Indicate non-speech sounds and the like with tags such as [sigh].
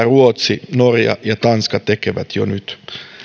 [unintelligible] ruotsi norja ja tanska ovat jo nyt